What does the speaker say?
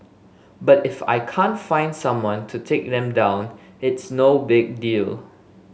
but if I can't find someone to take them down it's no big deal